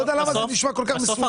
אני לא יודע למה זה נשמע כל כך מסובך.